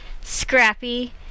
Scrappy